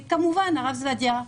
והרב זבדיה,